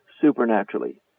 supernaturally